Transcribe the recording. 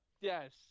Yes